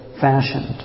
fashioned